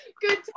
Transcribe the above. good